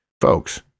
folks